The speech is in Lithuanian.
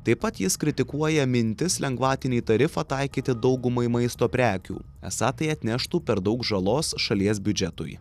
taip pat jis kritikuoja mintis lengvatinį tarifą taikyti daugumai maisto prekių esą tai atneštų per daug žalos šalies biudžetui